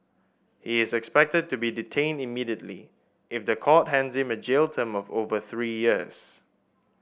he is expected to be detained immediately if the court hands him a jail term of over three years